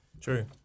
True